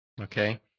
okay